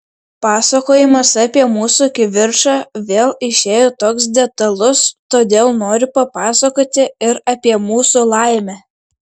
pasakojimas apie mūsų kivirčą vėl išėjo toks detalus todėl noriu papasakoti ir apie mūsų laimę